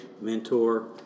mentor